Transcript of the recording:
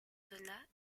dona